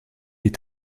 est